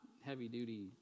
heavy-duty